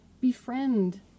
befriend